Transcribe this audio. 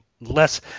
less